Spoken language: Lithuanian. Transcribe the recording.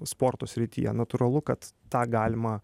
sporto srityje natūralu kad tą galima